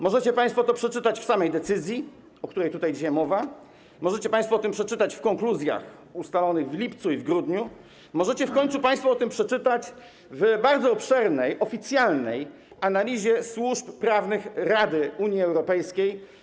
Możecie państwo to przeczytać w samej decyzji, o której tutaj dzisiaj mowa, możecie państwo o tym przeczytać w konkluzjach z lipca i grudnia, możecie w końcu państwo o tym przeczytać w bardzo obszernej oficjalnej analizie służb prawnych Rady Unii Europejskiej.